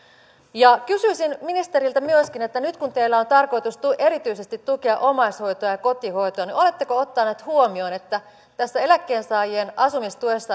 kysyisin ministeriltä myöskin että nyt kun teillä on tarkoitus erityisesti tukea omaishoitoa ja ja kotihoitoa niin oletteko ottanut huomioon että tässä eläkkeensaajien asumistuessa